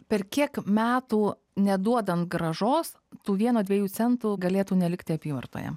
per kiek metų neduodant grąžos tų vieno dviejų centų galėtų nelikti apyvartoje